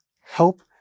help